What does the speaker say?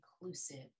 inclusive